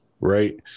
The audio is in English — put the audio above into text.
right